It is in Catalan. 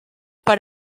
per